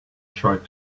tried